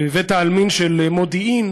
בבית-העלמין של מודיעין